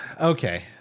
okay